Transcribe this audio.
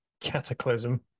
Cataclysm